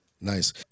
Nice